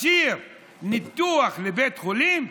מכשיר ניתוח לבית חולים?